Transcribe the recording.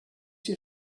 you